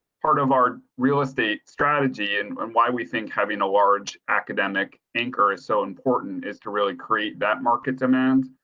part of our real estate strategy and and why we think having a large academic anchor is so important is to really create that market demand.